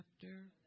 chapter